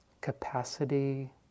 capacity